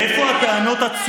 איפה היועץ הזה היום?